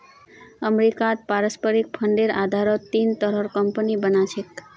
अमरीकात पारस्परिक फंडेर आधारत तीन तरहर कम्पनि बना छेक